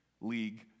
League